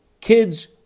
kids